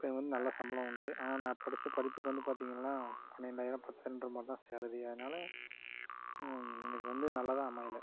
இப்போது எனக்கு வந்து நல்ல சம்பளம் உண்டு ஆனால் படித்த படிப்புக்கு வந்து பார்த்திங்கனா பன்னெண்டாயிரம் பத்தாயிரகிற மாதிரிதான் சாலேரி அதனால் எனக்கு வந்து நல்லதாக அமையல